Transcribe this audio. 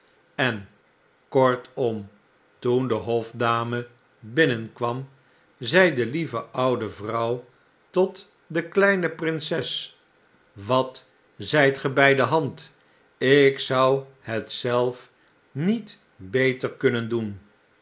en kortom toen de hofdame binnenkwam zei de lieve oude vrouw tot de kleine prinses wat zyt ge by de hand ik zou het zelf niet beter kunnen doen